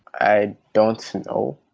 i don't know.